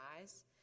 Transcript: eyes